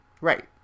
Right